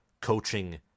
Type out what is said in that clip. coaching